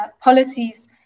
policies